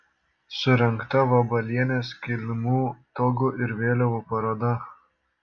surengta vabalienės kilimų togų ir vėliavų paroda